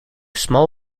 small